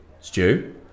Stew